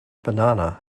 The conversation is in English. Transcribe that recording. banana